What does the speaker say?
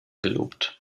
gelobt